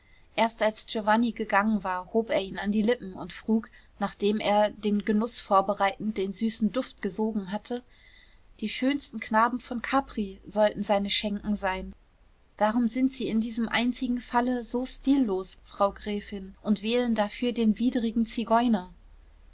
erst als giovanni gegangen war hob er ihn an die lippen und frug nachdem er den genuß vorbereitend den süßen duft gesogen hatte die schönsten knaben von capri sollten seine schenken sein warum sind sie in diesem einzigen falle so stillos frau gräfin und wählen dafür den widrigen zigeuner